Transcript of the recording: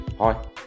Hi